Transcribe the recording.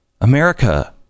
America